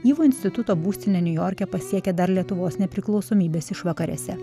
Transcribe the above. ivo instituto būstinę niujorke pasiekė dar lietuvos nepriklausomybės išvakarėse